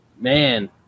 man